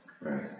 Right